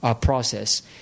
process